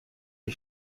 die